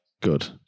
Good